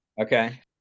Okay